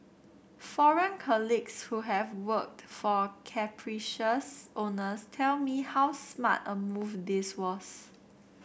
foreign colleagues who have worked for capricious owners tell me how smart a move this was